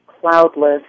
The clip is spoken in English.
cloudless